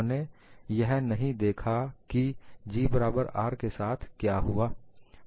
हमने यह नहीं देखा कि G बराबर R के साथ क्या हुआ